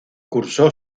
cursó